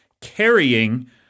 carrying